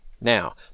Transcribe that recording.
Now